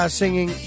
singing